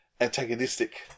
antagonistic